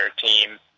team